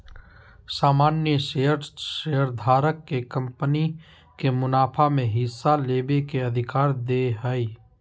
सामान्य शेयर शेयरधारक के कंपनी के मुनाफा में हिस्सा लेबे के अधिकार दे हय